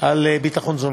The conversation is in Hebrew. על ביטחון תזונתי.